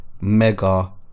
Mega